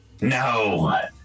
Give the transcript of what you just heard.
No